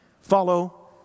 Follow